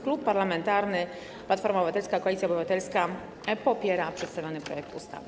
Klub Parlamentarny Platforma Obywatelska - Koalicja Obywatelska popiera przedstawiony projekt ustawy.